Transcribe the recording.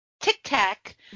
tic-tac